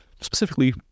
Specifically